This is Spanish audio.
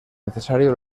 necesario